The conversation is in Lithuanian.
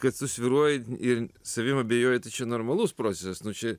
kad susvyruoji ir savim abejoji tai čia normalus procesas čia